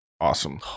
awesome